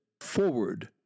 forward